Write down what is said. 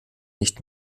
nicht